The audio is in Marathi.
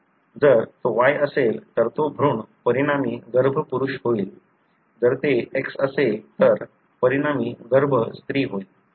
जर तो Y असेल तर तो भ्रूण परिणामी गर्भ पुरुष होईल जर ते X असेल तर परिणामी गर्भ स्त्री होईल